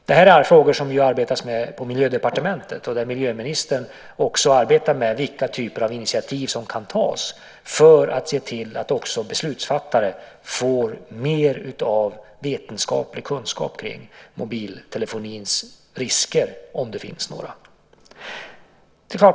Det här är frågor som man arbetar med på Miljödepartementet, och miljöministern arbetar också med vilka typer av initiativ som kan tas för att se till att också beslutsfattare får mer av vetenskaplig kunskap kring mobiltelefonins risker, om det finns några.